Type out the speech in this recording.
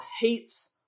hates